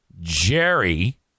Jerry